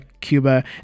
Cuba